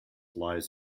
lies